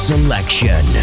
Selection